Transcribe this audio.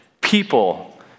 people